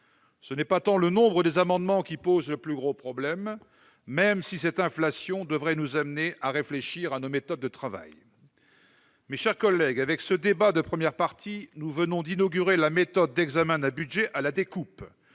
Ce n'est pas tant le nombre des amendements qui pose le plus grand problème, même si cette inflation devrait nous amener à réfléchir à nos méthodes de travail. Mes chers collègues, avec ce débat, nous venons d'inaugurer la méthode d'examen d'un budget à la découpe.